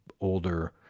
older